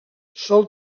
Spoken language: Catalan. sol